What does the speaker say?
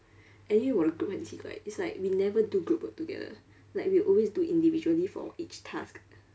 anyway 我的 group 很奇怪 it's like they never do group work together like we always do individually for each task